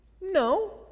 No